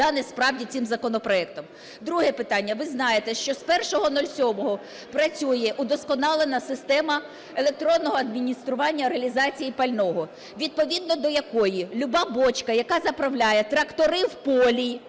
дане, справді, цим законопроектом. Друге питання. Ви знаєте, що з 01.07 працює удосконалена система електронного адміністрування реалізації пального, відповідно до якої люба бочка, яка заправляє трактори в полі,